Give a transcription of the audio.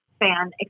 fan